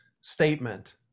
statement